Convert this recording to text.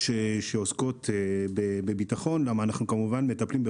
אנחנו כמובן מטפלים בחומר קצת מיוחד ורגיש.